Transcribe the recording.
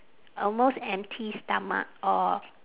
almost empty stomach or